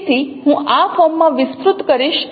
તેથી હું આ ફોર્મમાં વિસ્તૃત કરીશ